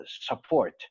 support